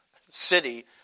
city